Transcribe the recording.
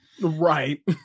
right